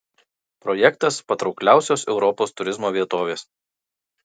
projektas patraukliausios europos turizmo vietovės